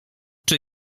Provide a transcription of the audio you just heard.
czy